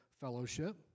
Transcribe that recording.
fellowship